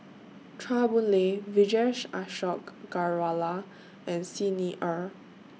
Chua Boon Lay Vijesh Ashok Ghariwala and Xi Ni Er